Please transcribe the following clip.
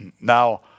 Now